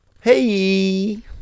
Hey